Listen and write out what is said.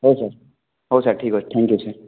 ହଉ ସାର୍ ହଉ ସାର୍ ଠିକ୍ ଅଛି ଥ୍ୟାଙ୍କ ୟୁ ସାର୍